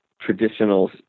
traditional